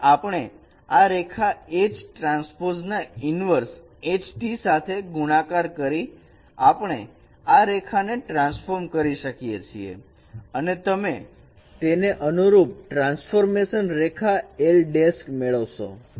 અને આપણે આ રેખાને H ટ્રાન્સપોઝ ના ઇનવર્ષ સાથે ગુણાકાર કરી આપણે આ રેખાને ટ્રાન્સફોર્મ કરી શકીએ છીએ અને તમે તેને અનુરૂપ ટ્રાન્સફોર્મેશન રેખા l મેળવશો